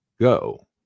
go